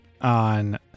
on